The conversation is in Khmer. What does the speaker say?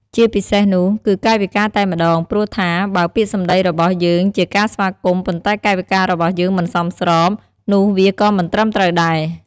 ជាពិសេសនោះ គឺកាយវិការតែម្ដង ព្រោះថា បើពាក្យសម្ដីរបស់យើងជាការស្វាគមន៍ ប៉ុន្តែកាយវិការរបស់យើងមិនសមស្រប នោះវាក៏មិនត្រឹមត្រូវដែរ។